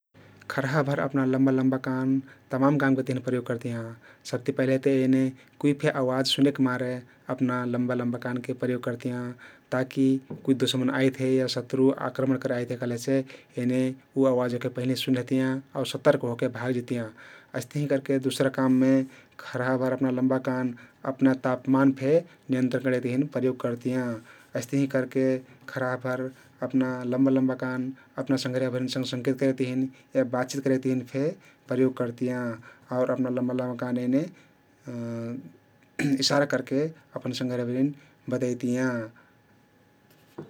खरहाभर अपना लम्बा लम्बा कान तमान कामके तहिन प्रयोग करतियाँ । साबति पहिलेते एने कुइ फे अवाज सुनेकमारे अपना लम्बा लम्बा कानके प्रयोग करतियाँ ता कि कुइ दुश्मन आइथे या शत्रु आक्रमण करे आइथे कहलेसे एने उ अवाज ओहके पहिले सुनलेहतियाँ आउ सतर्क हो के भाग जितियाँ । अइस्तहिं करके दुसरा काममे खरहाभर अपना लम्बा कान अपना तापमान फे नियन्त्रण करेक तहिन प्रयोग करतियाँ । अइस्तहिण करके खरहाभर अपना लम्बा लम्बा कान अपना संघरियाभरिन सँघ संकेत करेक तहिन या बातचित करेक तहिन फे प्रयोग करतियाँ आउर अपना लम्बा लम्बा कान एने ईशरा करके अपना संघरियाभरिन बतैतियाँ ।